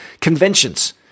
conventions